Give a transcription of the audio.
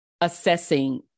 assessing